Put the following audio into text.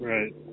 Right